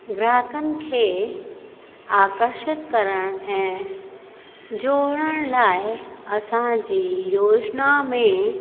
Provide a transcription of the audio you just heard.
ग्राहकनि खे अकर्षित करणु ऐं जोणण लाइ असांजी योजना में